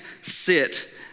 sit